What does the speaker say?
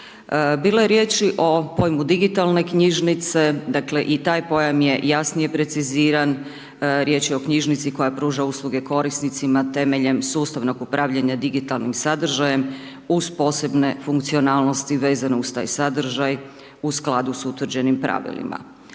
Bilo je riječi o pojmu digitalne knjižnice, dakle, i taj pojam je jasnije preciziran, riječ je o knjižnici koja pruža usluge korisnicima temeljem sustavnog upravljanja digitalnim sadržajem uz posebne funkcionalnosti vezano uz taj sadržaj u skladu s utvrđenim pravilima.